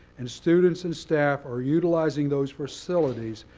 and students and staff are utilizing those facilities,